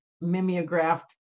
mimeographed